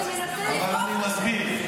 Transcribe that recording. אבל אתם עם הידיים על ההגה, דודי.